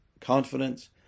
confidence